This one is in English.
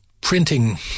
printing